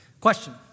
Question